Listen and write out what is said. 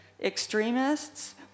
extremists